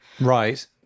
right